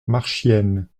marchiennes